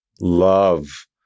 love